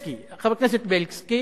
חבר הכנסת בילסקי